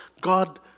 God